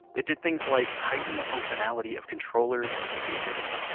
it did things like heighten the functionality of controllers and speakers.